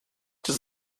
does